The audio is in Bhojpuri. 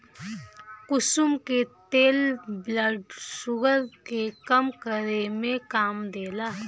कुसुम के तेल ब्लड शुगर के कम करे में काम देला